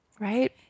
Right